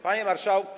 Panie Marszałku!